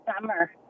summer